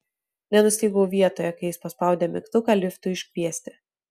nenustygau vietoje kai jis paspaudė mygtuką liftui iškviesti